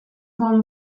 bon